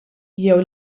jew